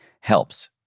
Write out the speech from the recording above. helps